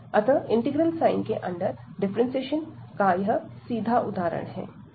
अतः integral sign के अंदर डिफरेंटशिएशन का यह सीधा उदाहरण है